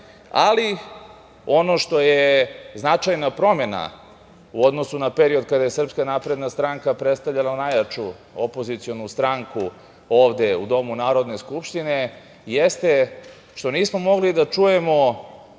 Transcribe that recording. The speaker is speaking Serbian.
ali ono što je značajna promena u odnosu na period kada je SNS predstavljala najjaču opozicionu stranku ovde u domu Narodne skupštine jeste što nismo mogli da čujemo